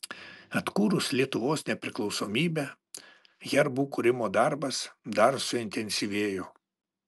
atkūrus lietuvos nepriklausomybę herbų kūrimo darbas dar suintensyvėjo